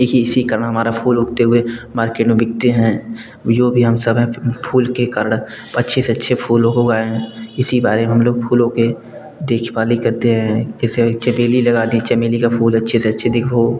इसी के कारण हमारा फूल उगते हुए मार्केट में बिकते हैं जो भी हम सब है फूल के कारण अच्छे से अच्छे फूलों को उगाए हैं इसी बारे में हम लोग फूलों के देखभाली करते हैं किसी में चमेली लगा दिए चमेली का फूल अच्छे से अच्छे दिखो